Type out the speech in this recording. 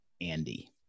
Andy